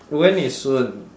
when is soon